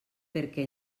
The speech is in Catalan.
perquè